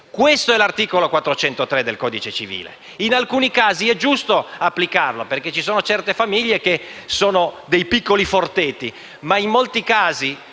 Questo è l'articolo 403 del codice civile. In alcuni casi è giusto applicarlo, perché ci sono certe famiglie che sono dei piccoli Forteto. Ma in molti casi